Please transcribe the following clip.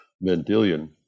Mendelian